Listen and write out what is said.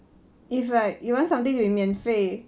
it's like if you want something to be 免费